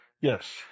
Yes